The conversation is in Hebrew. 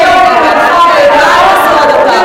זה לא מעניינך מה הם עשו עד עתה.